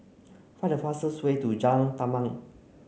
find the fastest way to Jalan Tamban